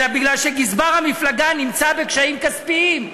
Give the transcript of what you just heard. אלא מפני שגזבר המפלגה נמצא בקשיים כספיים,